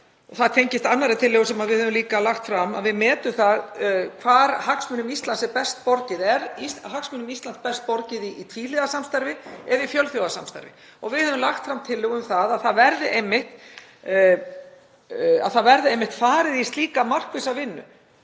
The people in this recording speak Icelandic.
það tengist annarri tillögu sem við höfum líka lagt fram, hvar hagsmunum Íslands er best borgið. Er hagsmunum Íslands best borgið í tvíhliða samstarfi eða í fjölþjóðasamstarfi? Við höfum lagt fram tillögu um að það verði einmitt farið í slíka markvissa vinnu,